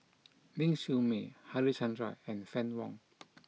Ling Siew May Harichandra and Fann Wong